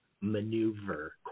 Maneuver